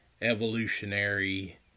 evolutionary